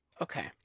Okay